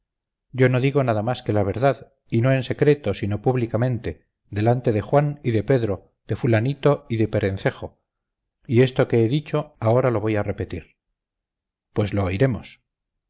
yo no digo nada más que la verdad y no en secreto sino públicamente delante de juan y de pedro de fulanito y de perencejo y esto que he dicho ahora lo voy a repetir pues lo oiremos